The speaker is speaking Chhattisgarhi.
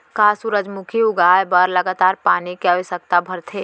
का सूरजमुखी उगाए बर लगातार पानी के आवश्यकता भरथे?